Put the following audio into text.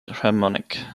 harmonic